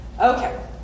Okay